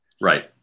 Right